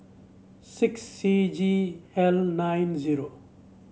six C G L nine zero